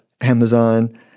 Amazon